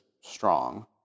strong